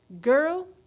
girl